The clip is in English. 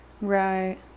Right